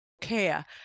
care